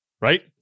Right